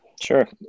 Sure